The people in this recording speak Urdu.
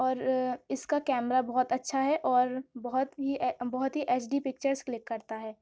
اور اس کا کیمرہ بہت اچھا ہے اور بہت ہی بہت ہی ایچ ڈی پکچرس کلک کرتا ہے